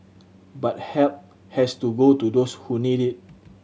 but help has to go to those who need it